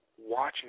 watching